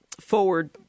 forward